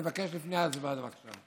אני מבקש לפני ההצבעה, בבקשה.